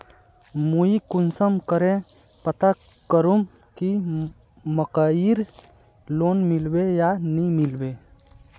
मुई कुंसम करे पता करूम की मकईर लोन मिलबे या नी मिलबे?